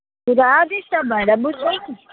पुरा डिस्टर्ब भएर बुझ्नै